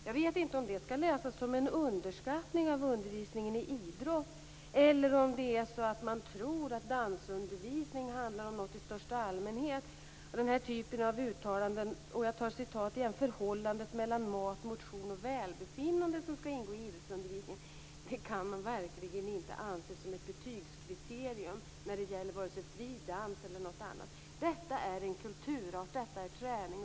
Jag vet inte om det skall läsas som en underskattning av undervisningen i idrott och hälsa eller om det är så att man tror att dansundervisningen är en sådan undervisning i största allmänhet. I undervisningen i idrott och hälsa skall ingå "sambanden mellan mat, motion och välbefinnande". Det kan man verkligen inte anse som ett betygskriterium när det gäller vare sig fri dans eller något annat. Denna undervisning är en kulturart och en träning.